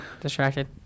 distracted